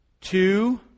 two